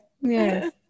Yes